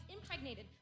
impregnated